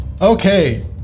Okay